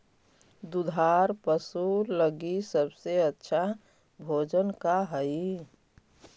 दुधार पशु लगीं सबसे अच्छा भोजन का हई?